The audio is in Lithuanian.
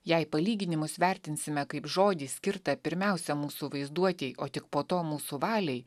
jei palyginimus vertinsime kaip žodį skirtą pirmiausia mūsų vaizduotei o tik po to mūsų valiai